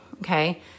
okay